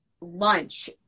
lunch